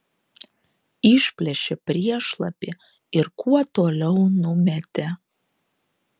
išplėšė priešlapį ir kuo toliau numetė